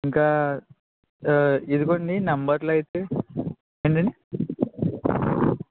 ఇంకా ఇదిగోండి నంబర్లు అయితే ఏంటండి